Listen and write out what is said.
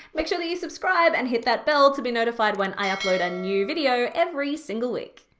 make sure that you subscribe and hit that bell to be notified when i upload a new video every single week.